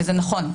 וזה נכון,